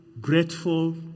grateful